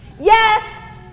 yes